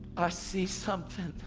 i see something,